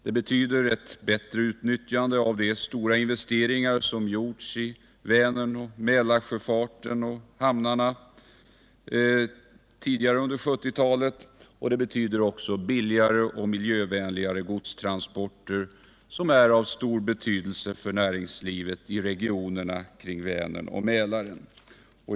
Det betyder ett bättre utnyttjande av de stora investeringar som gjorts i Väneroch Mälarsjöfarten tidigare under 1970-talet, och det betyder också billigare och miljövänligare godstransporter som är av stor betydelse för näringslivet i regionerna kring Vänern och Mälaren.